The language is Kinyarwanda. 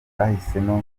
bahisemo